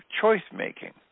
choice-making